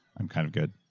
i'm kind of good.